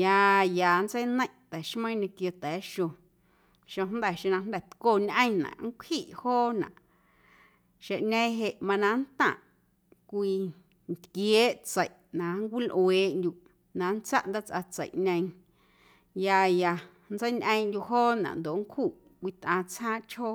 ya ya nntseineiⁿꞌ ta̱xmeiiⁿ ñequio ta̱a̱xo xojnda̱ xeⁿ na jnda̱ tcoñꞌeⁿnaꞌ nncwjeiꞌ joonaꞌ xeⁿꞌñeeⁿ jeꞌ mana nntaⁿꞌ cwii ntquieeꞌ tseiꞌ na nncwilꞌueeꞌndyuꞌ na nntsaꞌ ndaatsꞌatseiꞌñeeⁿ ya ya nntseiñꞌeeⁿꞌndyuꞌ joonaꞌ ndoꞌ nncjuꞌ cwii tꞌaaⁿ tsjaaⁿꞌchjoo.